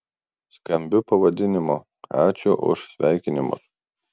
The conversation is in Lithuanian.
skambiu pavadinimu ačiū už sveikinimus